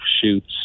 shoots